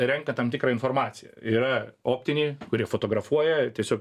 renka tam tikrą informaciją yra optiniai kurie fotografuoja tiesiog